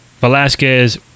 Velasquez